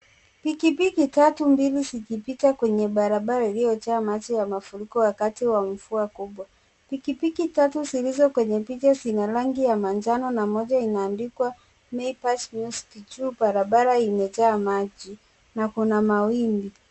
Pikipiki tatu, mbili zikipita kwenye barabara iliyojaa imejaa maji ya mafuriko wakati wa mvua kubwa , pikipiki tatu zilizo kwenye picha zina rangi ya manjano na moja imeandikwa Mayback Music juu na barabara imejaa maji na kuna mawimbi.